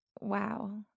wow